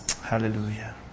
Hallelujah